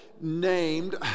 named